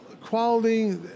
Quality